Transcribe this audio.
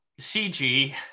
CG